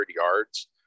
yards